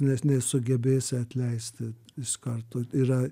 nes nesugebėsi atleisti iš karto yra